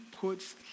puts